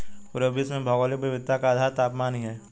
पूरे विश्व में भौगोलिक विविधता का आधार तापमान ही है